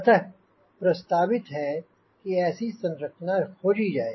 अतः प्रस्तावित है कि ऐसी संरचना खोजी जाए